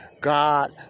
God